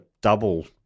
double